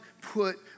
put